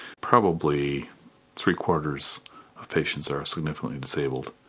probably three-quarters of patients are significantly disabled.